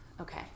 Okay